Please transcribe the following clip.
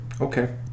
Okay